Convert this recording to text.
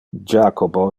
jacobo